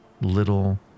little